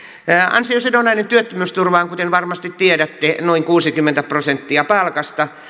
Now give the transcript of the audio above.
ansiosidonnainen työttömyysturva on kuten varmasti tiedätte noin kuusikymmentä prosenttia palkasta